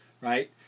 Right